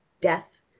death